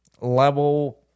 level